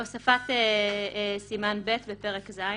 "הוספת סימן ב' בפרק ז'